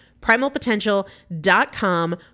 Primalpotential.com